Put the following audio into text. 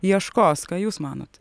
ieškos ką jūs manot